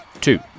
two